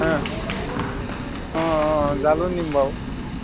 অঁ অঁ জালো নিম বাৰু